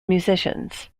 musicians